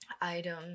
Item